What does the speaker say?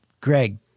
Greg